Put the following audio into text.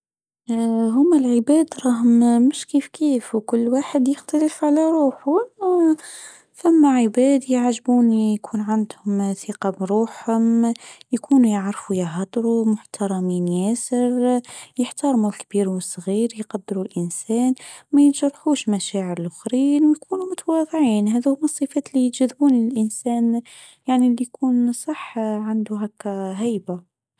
آ هم العباد راهم مش كيف-كيف وكل واحد يختلف على روحو ثم-ثم عباد يعجبوني يكون عندهم ثقة بروحهم يكونو يعرفو يهضرو محترمين ياسر يحترمو الكبير والصغير يقدرو الإنسان ما ينجرحوش مشاعر الآخرين يكونوا متواظعين هذا هم الصفات اللى يجذبنى للإنسان يعنى اللي يكون صح عنده هكا هايبة.